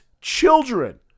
children